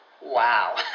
Wow